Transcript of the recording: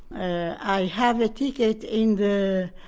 i have a ticket in the?